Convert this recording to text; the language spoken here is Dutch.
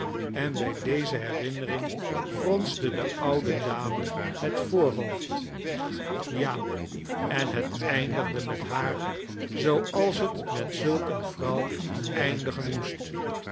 en bij deze herinnering fronste de oude dame het voorhoofd ja en het eindigde met haar zooals het met zulk een vrouw eindigen moest